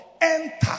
Enter